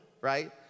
right